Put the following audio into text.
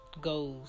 goes